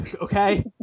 okay